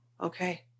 Okay